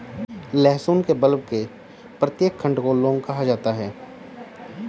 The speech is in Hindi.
लहसुन के बल्ब के प्रत्येक खंड को लौंग कहा जाता है